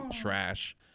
trash